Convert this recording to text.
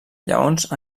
lleons